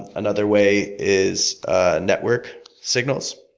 another way is ah network signals.